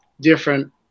different